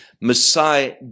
Messiah